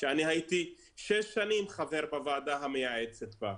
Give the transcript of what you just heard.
שאני הייתי שש שנים חבר בוועדה המייעצת בה,